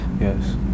yes